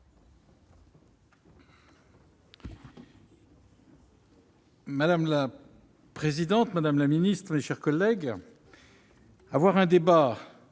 Madame la présidente, madame la ministre, mes chers collègues, avoir un débat